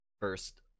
first